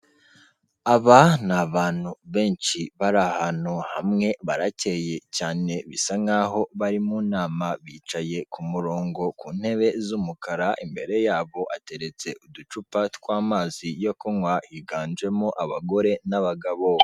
Aba ni abantu benshi bari ahantu hamwe barakeye cyane bisa nkaho bari mu nama, bicaye ku murongo ku ntebe z'umukara, imbere yabo ateretse uducupa twa mazi yo kunywa, higanjemo abagore n'abagabo.